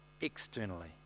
externally